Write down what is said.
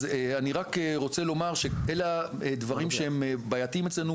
אז אני רק רוצה לומר שאלה הדברים שהם בעייתיים אצלנו.